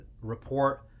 report